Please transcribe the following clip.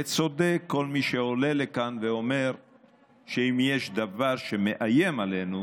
וצודק כל מי שעולה לכאן ואומר שאם יש דבר שמאיים עלינו,